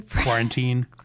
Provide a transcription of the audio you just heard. quarantine